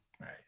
right